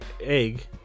egg